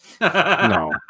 no